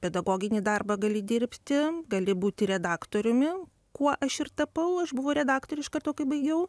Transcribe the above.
pedagoginį darbą gali dirbti gali būti redaktoriumi kuo aš ir tapau aš buvau redaktorė iš karto kai baigiau